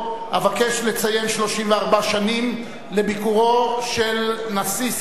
אבקש לציין 34 שנים לביקורו של נשיא סאדאת,